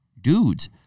dudes